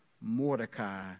Mordecai